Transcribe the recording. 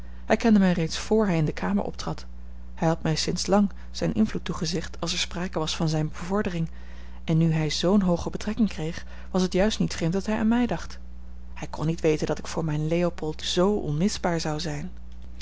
hij kende mij reeds vr hij in de kamer optrad hij had mij sinds lang zijn invloed toegezegd als er sprake was van zijne bevordering en nu hij zoo'n hooge betrekking kreeg was het juist niet vreemd dat hij aan mij dacht hij kon niet weten dat ik voor mijn leopold z onmisbaar zou zijn